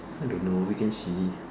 I don't know we can see